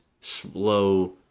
slow